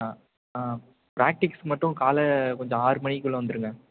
ஆ ஆ ப்ராக்டிக்ஸ் மட்டும் காலைல கொஞ்சம் ஆறுமணிக்குள்ளே வந்துடுங்க